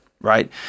right